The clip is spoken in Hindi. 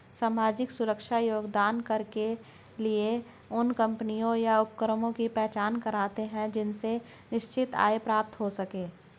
सामाजिक सुरक्षा योगदान कर के लिए उन कम्पनियों या उपक्रमों की पहचान करते हैं जिनसे निश्चित आय प्राप्त हो सके